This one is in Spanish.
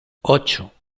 ocho